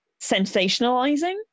sensationalizing